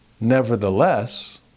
Nevertheless